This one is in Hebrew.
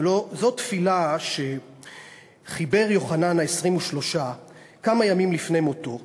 זו תפילה שחיבר יוחנן ה-23 כמה ימים לפני מותו.